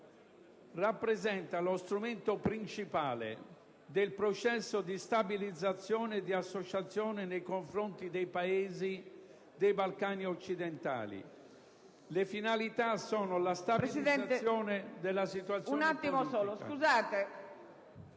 rappresenta lo strumento principale del processo di stabilizzazione e di associazione dei Paesi dei Balcani occidentali. Le finalità sono la stabilizzazione della situazione politica,